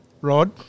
Rod